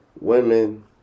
women